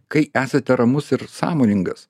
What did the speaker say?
kai esate ramus ir sąmoningas